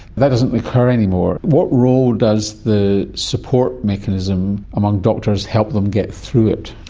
that doesn't occur anymore. what role does the support mechanism among doctors help them get through it?